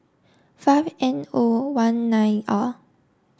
five N O one nine R